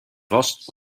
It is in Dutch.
vast